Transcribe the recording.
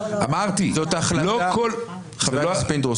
אמרתי: לא כל --- חבר הכנסת פינדרוס,